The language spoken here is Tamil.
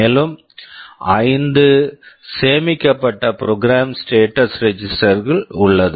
மேலும் 5 சேமிக்கப்பட்ட program program status register status register உள்ளது